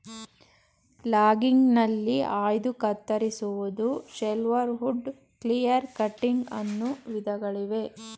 ಲಾಗಿಂಗ್ಗ್ನಲ್ಲಿ ಆಯ್ದು ಕತ್ತರಿಸುವುದು, shelterwood, clear cutting ಅನ್ನೋ ವಿಧಗಳಿವೆ